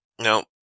now